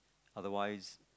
otherwise